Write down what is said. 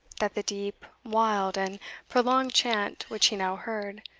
that the deep, wild, and prolonged chant which he now heard,